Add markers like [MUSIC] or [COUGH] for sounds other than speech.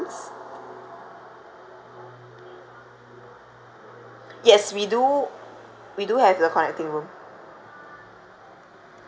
[BREATH] yes we do we do have the connecting room